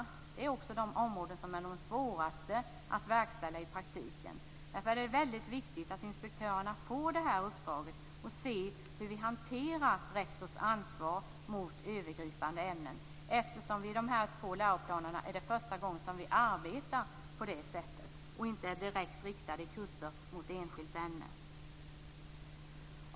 Det är också de områden som är de svåraste när det gäller verkställande i praktiken. Därför är det väldigt viktigt att inspektörerna får det här uppdraget och ser hur vi hanterar rektors ansvar för övergripande ämnen. I de två läroplanerna är det ju första gången vi arbetar på det sättet, utan kurser direkt riktade mot enskilt ämne.